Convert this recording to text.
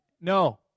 No